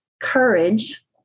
courage